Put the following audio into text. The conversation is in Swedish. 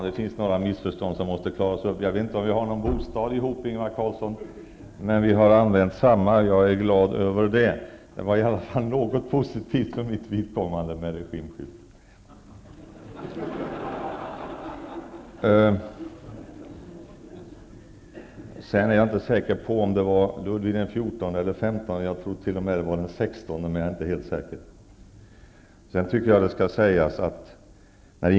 Herr talman! Några missförstånd måste klaras ut. Jag vet inte, Ingvar Carlsson, om vi har en bostad ihop. Men vi har använt samma bostad, och jag är glad över det. Det är i alla fall något positivt med regeringsskiftet för mitt vidkommande. Sedan vill jag säga att jag inte är säker på om det var fråga om Ludvig XIV eller om Ludvig XV. Jag tror t.o.m. att det kan vara fråga om Ludvig XVI. Jag är inte helt säker.